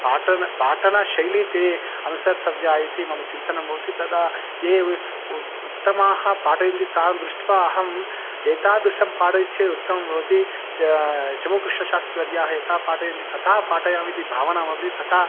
पाठनं पाठनशैली ते अनुसर्तव्या इति मम चिन्तनं भवति तदा ये उ उत्तमाः पाठयन्ति तान् दृष्ट्वा अहम् एतादृशं पाठयति चेत् उत्तमं भवति च च मु कृष्णशास्त्रीवर्याः यथा पाठयन्ति तथा पाठयामि इति भावना भवति तथा